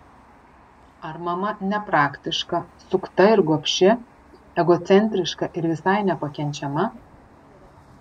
ar mama nepraktiška sukta ir gobši egocentriška ir visai nepakenčiama